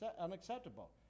unacceptable